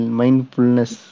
mindfulness